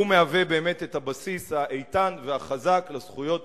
שהוא באמת הבסיס האיתן והחזק לזכויות